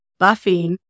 buffing